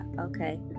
Okay